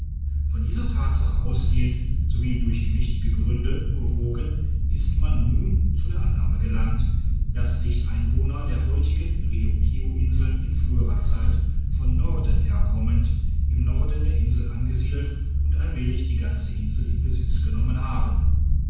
von dieser tatsache ausgehend sowie durch gewichtige gründe bewogen ist man nun zu der annahme gelangt dass sich einwohner der heutigen riukiu inseln in früherer zeit von norden herkommend im norden der insel angesiedelt und allmählich die ganze insel in besitz genommen haben